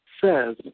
says